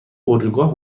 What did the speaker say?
اردوگاه